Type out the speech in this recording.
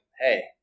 hey